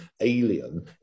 alien